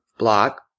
block